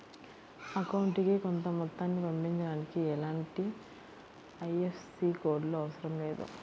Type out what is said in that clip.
అకౌంటుకి కొంత మొత్తాన్ని పంపించడానికి ఎలాంటి ఐఎఫ్ఎస్సి కోడ్ లు అవసరం లేదు